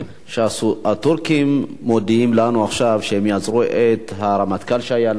הטורקים מודיעים לנו עכשיו שהם יאסרו את הרמטכ"ל שהיה לנו.